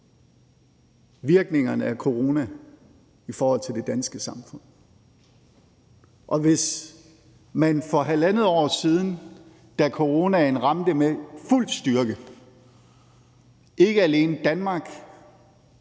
virkningerne af corona i forhold til det danske samfund. Og hvis man for halvandet år siden, da coronaen ramte med fuld styrke, ikke alene Danmark,